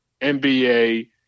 NBA